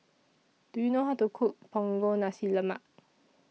Do YOU know How to Cook Punggol Nasi Lemak